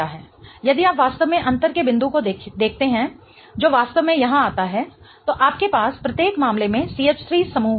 यदि आप वास्तव में अंतर के बिंदु को देखते हैं जो वास्तव में यहां आता है तो आपके पास प्रत्येक मामले में CH3 समूह है